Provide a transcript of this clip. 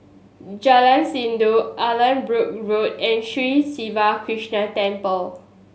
Jalan Sindor Allanbrooke Road and Sri Siva Krishna Temple